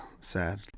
sad